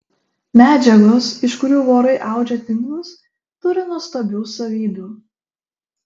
medžiagos iš kurių vorai audžia tinklus turi nuostabių savybių